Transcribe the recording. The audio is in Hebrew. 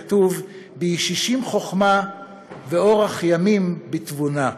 כתוב: "בִּישישים חֹכמה ואֹרך ימים תבונה".